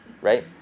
right